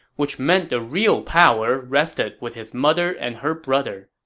which meant the real power rested with his mother and her brother.